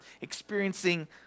experiencing